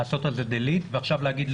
לעשות על זה דליט ועכשיו לומר,